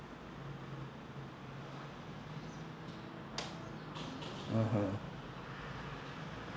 (uh huh)